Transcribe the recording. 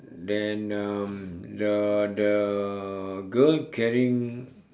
then um the the girl carrying